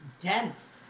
dense